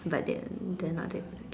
but then they are not that